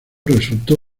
resultó